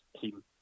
team